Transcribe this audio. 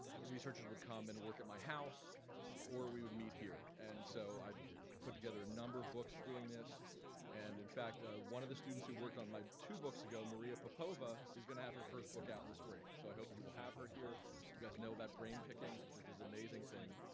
the researchers would come and work at my house or we would meet here and so i've put together a number of books doing this and in fact one of the students who worked on my two books ago, maria popova, is gonna have her first book out in the spring. so i hope you will have her here. you guys know about brain pickings which is this amazing thing.